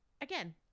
again